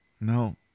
No